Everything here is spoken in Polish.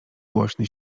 głośny